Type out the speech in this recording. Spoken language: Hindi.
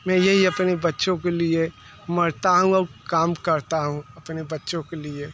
मैं यही अपने बच्चों के लिए मरता हूँ अब काम करता हूँ अपने बच्चों के लिए